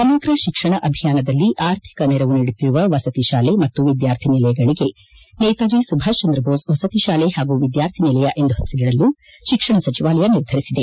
ಸಮಗ್ರ ಶಿಕ್ಷಣ ಅಭಿಯಾನದಲ್ಲಿ ಆರ್ಥಿಕ ನೆರವು ನೀಡುತ್ತಿರುವ ವಸತಿ ಶಾಲೆ ಮತ್ತು ವಿದ್ಕಾರ್ಥಿ ನಿಲಯಗಳಿಗೆ ನೇತಾಜ ಸುಭಾಷ್ಚಂದ್ರ ಬೋಸ್ ವಸತಿ ಶಾಲೆ ಹಾಗೂ ವಿದ್ಯಾರ್ಥಿ ನಿಲಯ ಎಂದು ಹೆಸರಿಡಲು ಶಿಕ್ಷಣ ಸಚಿವಾಲಯ ನಿರ್ಧರಿಸಿದೆ